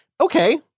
Okay